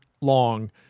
long